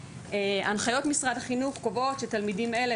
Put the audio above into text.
הנחיות משרד החינוך קובעות שתלמידים אלה,